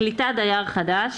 קליטת דייר חדש.